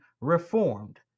reformed